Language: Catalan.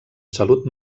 salut